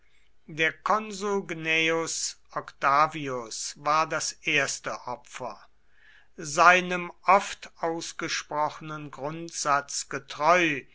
der konsul gnaeus octavius war das erste opfer seinem oft ausgesprochenen grundsatz getreu